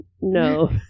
No